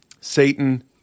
Satan